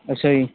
ਅੱਛਾ ਜੀ